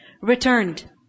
returned